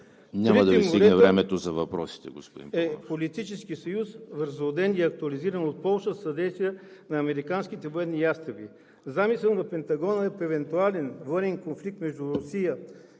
Няма да Ви стигне времето за въпросите, господин Паунов.